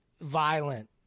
violent